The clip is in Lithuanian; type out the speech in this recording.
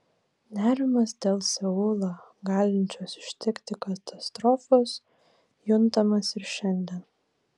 nerimas dėl seulą galinčios ištikti katastrofos juntamas ir šiandien